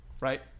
Right